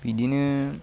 बिदिनो